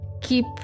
Keep